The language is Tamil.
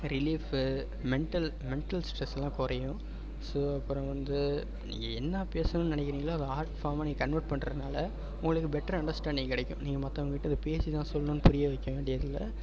ரிலீஃபு மெண்ட்டல் மெண்ட்டல் ஸ்ட்ரெஸ் எல்லாம் குறையும் ஸோ அப்புறம் வந்து நீங்கள் என்ன பேசணும்ன்னு நெனைக்கிறீங்களோ அதை ஆர்ட் ஃபார்மாக நீங்கள் கன்வெர்ட் பண்றதுனால உங்களுக்கு பெட்டர் அண்டர்ஸ்டாண்டிங் கிடைக்கும் நீங்கள் மற்றவங்ககிட்ட இதை பேசி தான் சொல்லணும்ன்னு புரிய வைக்க வேண்டியதில்லை